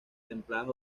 templadas